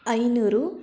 ಐನೂರು